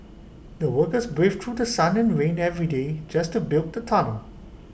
the workers braved through The Sun and rain every day just to build the tunnel